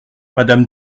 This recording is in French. madame